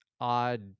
odd